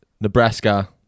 Nebraska